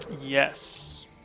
Yes